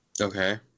Okay